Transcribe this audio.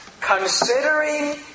Considering